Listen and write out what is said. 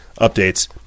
updates